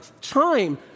time